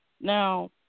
Now